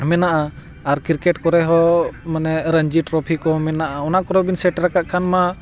ᱢᱮᱱᱟᱜᱼᱟ ᱟᱨ ᱠᱨᱤᱠᱮᱴ ᱠᱚᱨᱮ ᱦᱚᱸ ᱢᱟᱱᱮ ᱨᱟᱱᱡᱤ ᱴᱨᱚᱯᱷᱤ ᱠᱚ ᱢᱮᱱᱟᱜᱼᱟ ᱚᱱᱟ ᱠᱚᱨᱮ ᱵᱤᱱ ᱥᱮᱴᱮᱨᱟᱠᱟᱫ ᱠᱷᱟᱱ ᱢᱟ